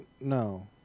No